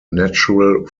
natural